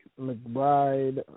McBride